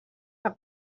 par